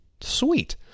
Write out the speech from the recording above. Sweet